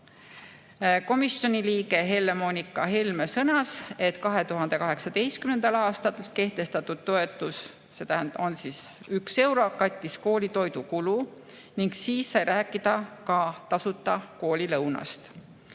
Komisjoni liige Helle-Moonika Helme sõnas, et 2018. aastal kehtestatud toetus 1 euro kattis koolitoidukulu ning siis sai rääkida ka tasuta koolilõunast.